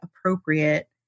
appropriate